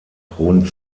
rund